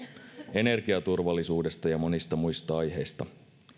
energiaturvallisuudesta ja monista muista aiheista